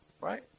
right